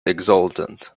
exultant